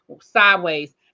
sideways